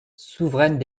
souveraine